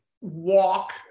walk